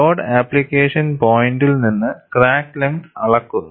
load application പോയിന്റിൽ നിന്ന് crack length അളക്കുന്നു